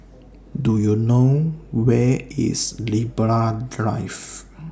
Do YOU know Where IS Libra Drive